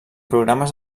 programes